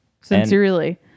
Sincerely